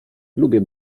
lubię